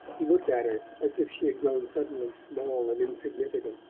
he looked at her as if she had grown suddenly small and insignificant.